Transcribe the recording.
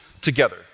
together